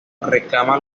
reclama